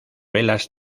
velas